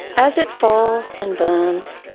as it falls and burns,